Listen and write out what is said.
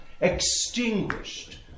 extinguished